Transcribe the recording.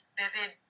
vivid